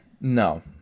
No